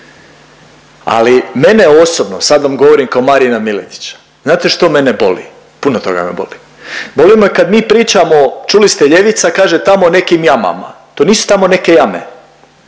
ali mene osobno, sad vam govorim kao Marina Miletića. Znate što mene boli, puno toga me boli. Boli me kad mi pričamo, čuli se ljevica kaže tamo nekim jamama. To nisu tamo neke jame.